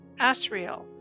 Asriel